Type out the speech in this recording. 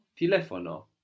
telefono